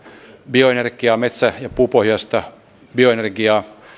bioenergiaa metsä ja puupohjaista bioenergiaa